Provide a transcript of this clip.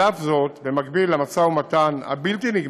על אף זאת, במקביל למשא ומתן הבלתי-נגמר,